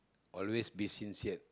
always be sincered